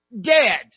dead